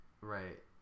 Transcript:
Right